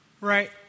right